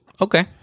Okay